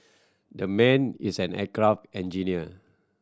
the man is an aircraft engineer